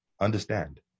Understand